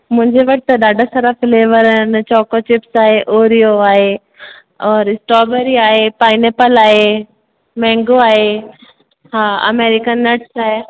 मुंजे वटि त ॾाढा सारा फ्लेवर आहिनि चोकॉ चिप्स आहे ओरिओ आहे और स्ट्रॉबेरी आहे पाइनेपल आहे मेंगो आहे हा अमेरिकन नट्स आहे